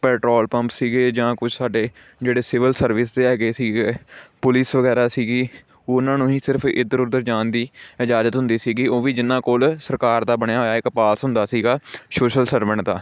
petrol pump ਸੀਗੇ ਜਾਂ ਕੁਛ ਸਾਡੇ ਜਿਹੜੇ ਸਿਵਿਲ ਸਰਵਿਸ ਦੇ ਹੈਗੇ ਸੀਗੇ ਪੁਲਿਸ ਵਗੈਰਾ ਸੀਗੀ ਉਹਨਾਂ ਨੂੰ ਹੀ ਸਿਰਫ ਇੱਧਰ ਉੱਧਰ ਜਾਣ ਦੀ ਇਜਾਜ਼ਤ ਹੁੰਦੀ ਸੀਗੀ ਉਹ ਵੀ ਜਿਨ੍ਹਾਂ ਕੋਲ ਸਰਕਾਰ ਦਾ ਬਣਿਆ ਹੋਇਆ ਇੱਕ ਪਾਸ ਹੁੰਦਾ ਸੀਗਾ ਸੋਸ਼ਲ ਸਰਵੈਂਟ ਦਾ